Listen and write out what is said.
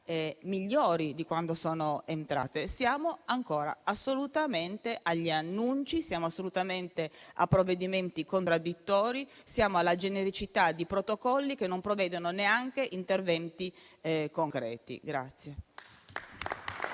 migliori di quando sono entrate - siamo ancora assolutamente agli annunci, a provvedimenti contraddittori e alla genericità di protocolli che non prevedono neanche interventi concreti.